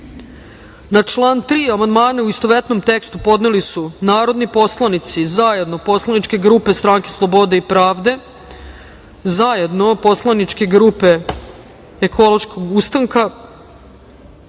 član 2. amandmane, u istovetnom tekstu, podneli su narodni poslanici zajedno poslaničke grupe Stranke slobode i pravde, zajedno poslaničke grupe Ekološki ustanak,